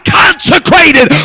consecrated